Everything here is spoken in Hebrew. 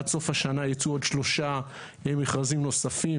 עד סוף השנה יצאו עוד שלושה מכרזים נוספים,